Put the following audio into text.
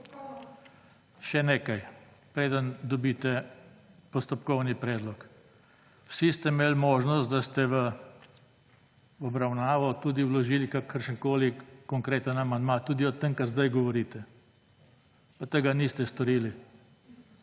iz klopi/ preden dobite postopkovni predlog, vsi ste imeli možnost, da ste v obravnavo tudi vložili kakršenkoli konkreten amandma, tudi o tem kar sedaj govorite, pa tega niste storili.